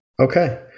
Okay